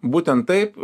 būtent taip